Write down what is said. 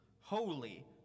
Holy